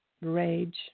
rage